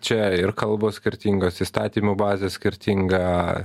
čia ir kalbos skirtingos įstatymų bazė skirtinga